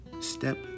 Step